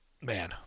man